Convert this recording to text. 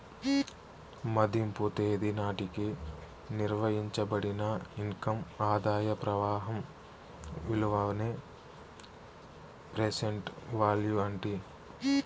మదింపు తేదీ నాటికి నిర్వయించబడిన ఇన్కమ్ ఆదాయ ప్రవాహం విలువనే ప్రెసెంట్ వాల్యూ అంటీ